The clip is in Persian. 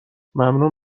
ممنونم